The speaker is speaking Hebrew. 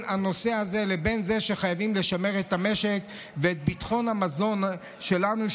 הנושא הזה לבין זה שחייבים לשמר את המשק ואת ביטחון המזון שלנו,